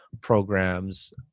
programs